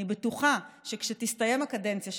אני בטוחה שכשתסתיים הקדנציה שלך,